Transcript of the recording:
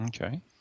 Okay